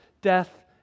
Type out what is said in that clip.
death